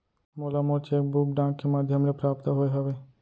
मोला मोर cheque book डाक के मध्याम ले प्राप्त होय हवे